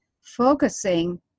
focusing